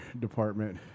department